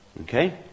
Okay